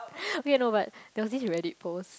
K no but there was this Reddit post